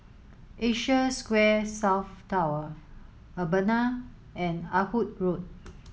Asia Square South Tower Urbana and Ah Hood Road